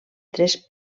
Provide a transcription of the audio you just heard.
tres